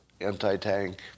anti-tank